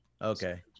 Okay